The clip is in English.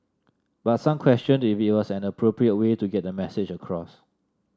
but some questioned if it was an appropriate way to get the message across